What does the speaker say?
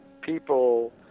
people